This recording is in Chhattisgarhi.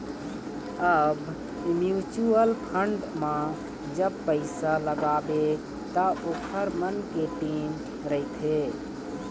अब म्युचुअल फंड म जब पइसा लगाबे त ओखर मन के टीम रहिथे